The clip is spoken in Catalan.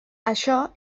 això